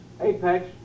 apex